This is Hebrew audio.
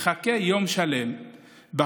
עליו לחכות יום שלם בחוץ,